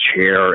chair